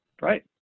Right